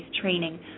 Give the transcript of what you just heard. training